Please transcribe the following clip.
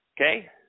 Okay